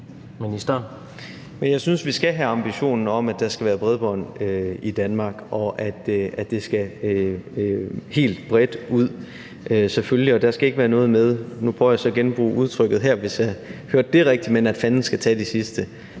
Jeg synes, vi skal have ambitionen om, at der skal være bredbånd i Danmark, og at det skal helt bredt ud, selvfølgelig. Og der skal ikke være noget med – nu prøver jeg så at